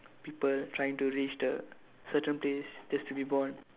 people trying to reach the certain place just to be born